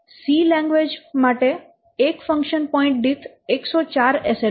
C language માટે 1 function point દીઠ 104 SLOC છે